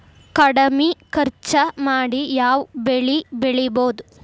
ಕಡಮಿ ಖರ್ಚ ಮಾಡಿ ಯಾವ್ ಬೆಳಿ ಬೆಳಿಬೋದ್?